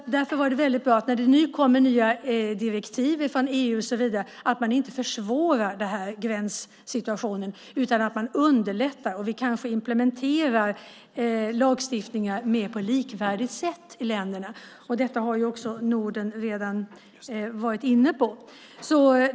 När det nu kommer nya direktiv från EU är det viktigt att se till att man inte försvårar gränssituationen utan underlättar och att vi kanske implementerar lagstiftningar på ett mer likvärdigt sätt i länderna. Detta har Norden redan varit inne på.